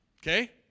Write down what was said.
Okay